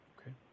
Okay